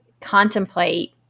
contemplate